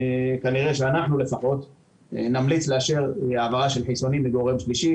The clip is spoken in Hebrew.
כנראה שאנחנו לפחות נמליץ לאשר העברה של חיסונים מגורם שלישי.